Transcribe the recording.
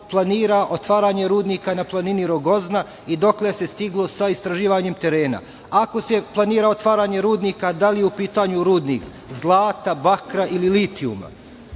planira otvaranje rudnika na planini Rogozna i dokle se stiglo sa istraživanjem terena? Ako se planira otvaranje rudnika, da li je u pitanju rudnik zlata, bakra ili litijuma? Pitanje